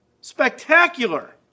Spectacular